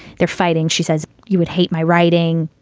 they're fighting. she says, you would hate my writing.